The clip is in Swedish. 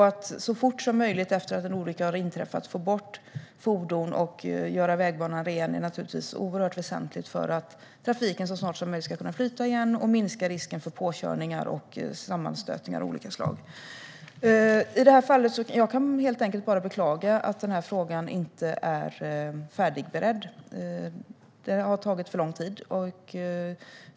Att så fort som möjligt efter att en olycka har inträffat få bort fordon och göra vägbanan ren är naturligtvis oerhört väsentligt för att trafiken så snart som möjligt ska kunna flyta igen och för att risken för påkörningar och sammanstötningar av olika slag ska minska. Jag kan helt enkelt bara beklaga att frågan inte är färdigberedd. Det har tagit för lång tid.